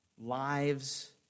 lives